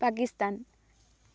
Pakistan